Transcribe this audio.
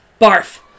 Barf